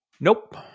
Nope